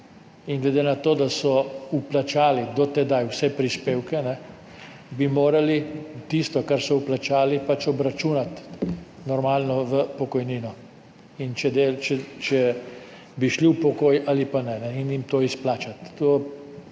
In glede na to, da so vplačali do tedaj vse prispevke, bi morali tisto, kar so vplačali, normalno obračunati v pokojnino, če bi šli v pokoj ali pa ne, in jim to izplačati.